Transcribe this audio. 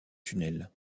tunnel